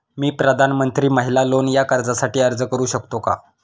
मी प्रधानमंत्री महिला लोन या कर्जासाठी अर्ज करू शकतो का?